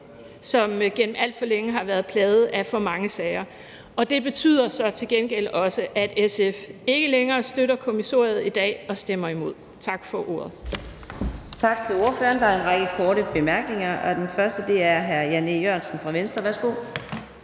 som gennem alt for længe har været plaget af for mange sager. Det betyder til gengæld også, at SF ikke længere støtter kommissoriet i dag og stemmer imod. Tak for ordet.